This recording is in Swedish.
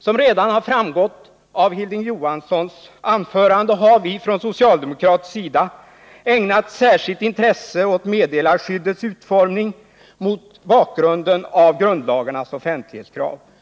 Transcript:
Som redan framgått av Hilding Johanssons anförande har vi från socialdemokratisk sida ägnat särskilt intresse åt meddelarskyddets utform Nr 102 ning mot bakgrund av grundlagarnas offentlighetskrav.